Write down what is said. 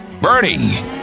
Bernie